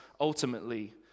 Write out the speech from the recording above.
ultimately